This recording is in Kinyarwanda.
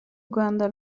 rwanda